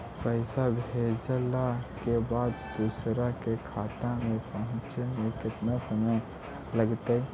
पैसा भेजला के बाद दुसर के खाता में पहुँचे में केतना समय लगतइ?